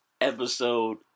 episode